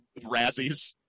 razzies